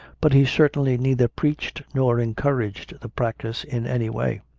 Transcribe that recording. but he certainly neither preached nor encouraged the practice in any way.